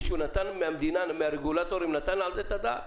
מישהו מהרגולטורים נתן על זה את הדעת?